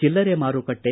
ಚಿಲ್ಲರೆ ಮಾರುಕಟ್ಟೆ